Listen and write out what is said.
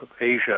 asia